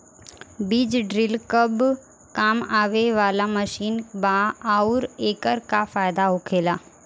बीज ड्रील कब काम आवे वाला मशीन बा आऊर एकर का फायदा होखेला?